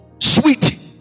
sweet